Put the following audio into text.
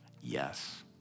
yes